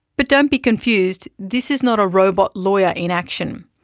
but don't be confused, this is not a robot lawyer in action,